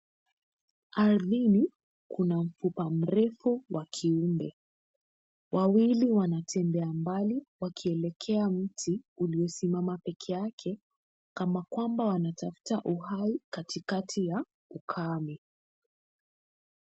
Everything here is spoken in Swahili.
Ardhini, kuna mfupa mrefu wa kiumbe. Wawili wanatembea mbali wakielekea mti uliosimama peke yake kama kwamba wanatafuta uhai katikati ya ukame.